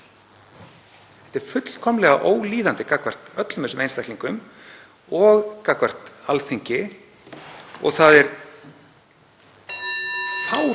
Þetta er fullkomlega ólíðandi gagnvart öllum þessum einstaklingum og gagnvart Alþingi. Það er fáránlegt,